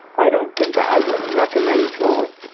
i don't think i wouldn't recommend going.